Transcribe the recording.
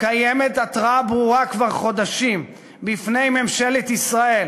כבר חודשים קיימת התרעה ברורה בפני ממשלת ישראל